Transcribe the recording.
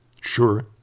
Sure